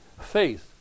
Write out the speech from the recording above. Faith